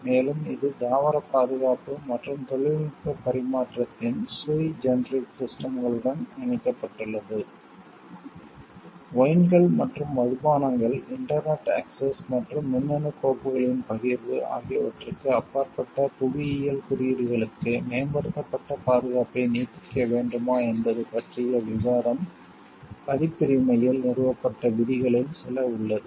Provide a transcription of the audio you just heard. மேலும் இது தாவர பாதுகாப்பு மற்றும் தொழில்நுட்ப பரிமாற்றத்தின் சுய் ஜெனரிக் சிஸ்டம்களுடன் இணைக்கப்பட்டுள்ளது ஒயின்கள் மற்றும் மதுபானங்கள் இன்டெர்னட் அக்சஸ் மற்றும் மின்னணு கோப்புகளின் பகிர்வு ஆகியவற்றிற்கு அப்பாற்பட்ட புவியியல் குறியீடுகளுக்கு மேம்படுத்தப்பட்ட பாதுகாப்பை நீட்டிக்க வேண்டுமா என்பது பற்றிய விவாதம் பதிப்புரிமையில் நிறுவப்பட்ட விதிகளில் சில உள்ளது